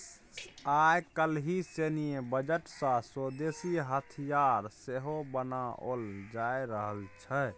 आय काल्हि सैन्य बजट सँ स्वदेशी हथियार सेहो बनाओल जा रहल छै